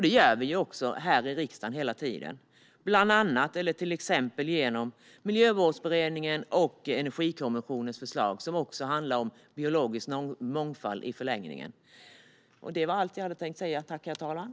Det gör vi också hela tiden här i riksdagen, till exempel i Miljömålsberedningen och genom Energikommissionens förslag, som i förlängningen även handlar om biologisk mångfald.